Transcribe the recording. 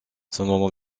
selon